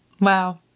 Wow